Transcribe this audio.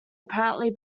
apparently